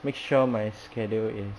make sure my schedule is